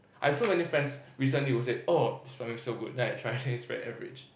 I have so many friends recently who said oh this Ban-Mian is so good then I try and it's very average